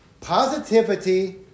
Positivity